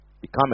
Become